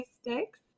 sticks